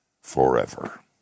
forever